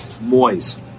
Moist